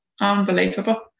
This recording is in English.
unbelievable